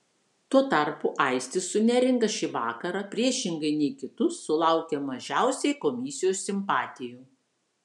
tuo tarpu aistis su neringa šį vakarą priešingai nei kitus sulaukė mažiausiai komisijos simpatijų